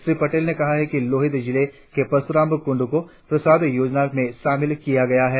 श्री पटेल ने कहा कि लोहित जिले के परशुराम कुंड को प्रसाद योजना में शामिल किया गया है